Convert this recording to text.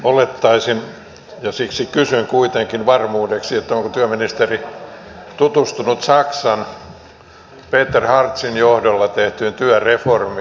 olettaisin että työministeri on ja siksi kysyn kuitenkin varmuudeksi onko tutustunut saksan peter hartzin johdolla tehtyyn työreformiin